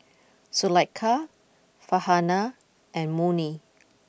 Zulaikha Farhanah and Murni